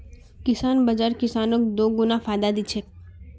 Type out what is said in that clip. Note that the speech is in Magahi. किसान बाज़ार किसानक दोगुना फायदा दी छे